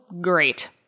great